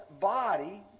body